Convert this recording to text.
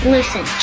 Listen